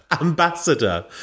ambassador